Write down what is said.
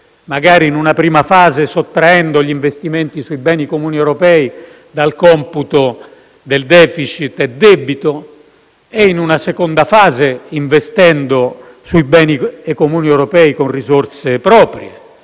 magari, in una prima fase, sottraendo gli investimenti sui beni comuni europei dal computo del *deficit* e del debito e, in un seconda fase, investendo sui beni comuni europei con risorse proprie.